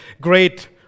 great